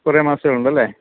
കുറേ മാസികകളുണ്ടല്ലേ